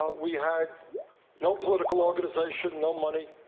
ah we had no political organization, no money,